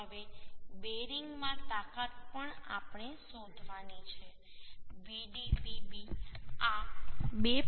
હવે બેરિંગમાં તાકાત પણ આપણે શોધવાની છે Vdpb આ 2